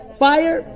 fire